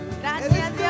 Gracias